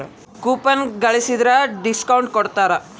coupon ಗಳಿದ್ರ discount ಕೊಡ್ತಾರ